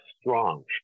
strong